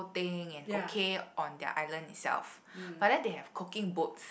thing and okay on their island itself but then they have cooking boats